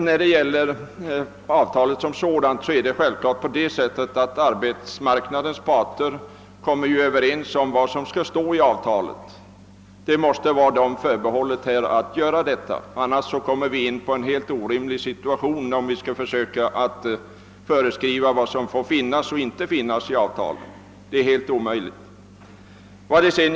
Vad beträffar avtalet som sådant är det självklart på det sättet, att arbetsmarknadens parter kommer överens om vad som skall stå i avtalet. Det måste vara dem förbehållet att göra detta. Om vi skall försöka föreskriva vad som får stå och vad som inte får stå i avtalet, kommer vi i en helt orimlig situation.